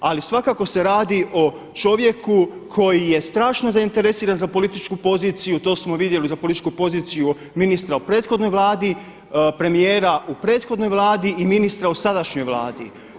Ali svakako se radi o čovjeku koji je strašno zainteresiran za političku poziciju, to smo vidjeli, za političku poziciju ministra u prethodnoj Vladi, premijera u prethodnoj Vladi i ministra u sadašnjoj Vladi.